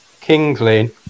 Kingsley